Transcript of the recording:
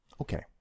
Okay